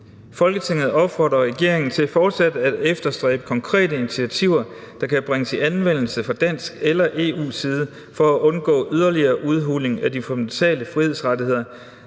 Folketinget opfodrer regeringen til fortsat at efterstræbe konkrete initiativer, der kan bringes i anvendelse fra dansk eller EU's side for at undgå yderligere udhuling af de fundamentale frihedsrettigheder,